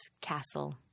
Castle